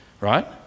right